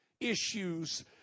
issues